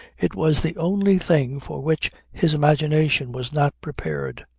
it was the only thing for which his imagination was not prepared.